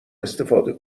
استفاده